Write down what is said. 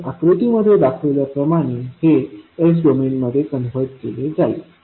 तर आकृतीमध्ये दाखवल्याप्रमाणे हे s डोमेनमध्ये कन्वर्ट केले जाईल